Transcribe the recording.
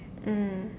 mm